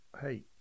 Hey